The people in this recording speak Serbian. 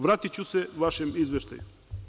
Vratiću se vašem izveštaju.